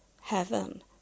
heaven